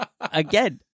again